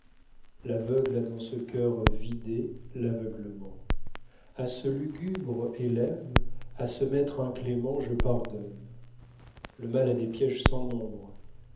a dans ce cœur vidé l'aveuglement à ce lugubre élève à ce maître inclément je pardonne le mal a des pièges sans nombre